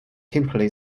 typically